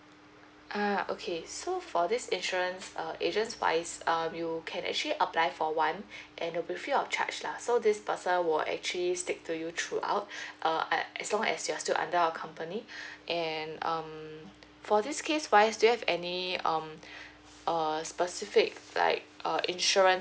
err okay so for this insurance err agents wise um you can actually apply for one and it'll be free of charge lah so this person will actually stick to you throughout err as long as you're still under our company and um for this case wise do you have any um err specific like err insurance